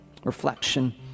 Reflection